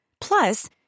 Plus